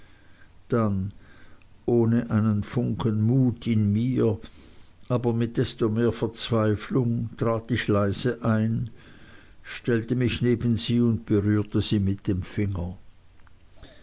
dann ohne einen funken mut in mir aber mit desto mehr verzweiflung trat ich leise ein stellte mich neben sie und berührte sie mit dem finger